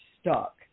stuck